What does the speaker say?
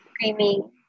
screaming